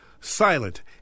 silent